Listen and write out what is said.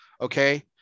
Okay